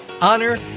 honor